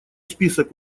список